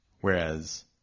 Whereas